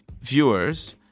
viewers